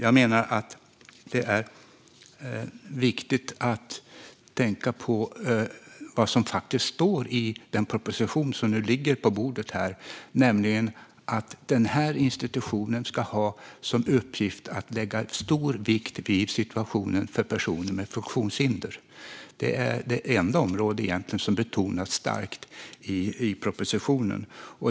Jag menar att det är viktigt att tänka på vad som faktiskt står i den proposition som ligger på bordet, nämligen att institutionen ska ha som uppgift att lägga stor vikt vid situationen för personer med funktionshinder. Det är egentligen det enda område som betonas starkt i propositionen.